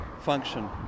function